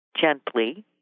gently